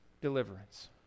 deliverance